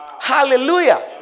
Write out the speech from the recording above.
Hallelujah